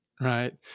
right